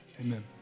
Amen